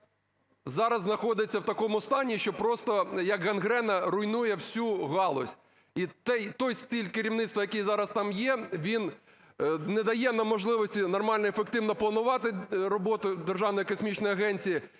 зараз знаходиться в такому стані, що просто, як гангрена, руйнує всю галузь. І той стиль керівництва, який зараз там є, він не дає нам можливості нормально і ефективно планувати роботу Державної космічної агенції